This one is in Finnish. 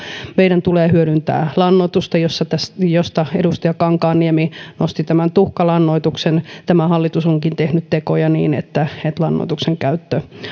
meidän tulee hyödyntää lannoitusta josta edustaja kankaanniemi nosti tuhkalannoituksen tämä hallitus onkin tehnyt tekoja niin että lannoituksen käyttö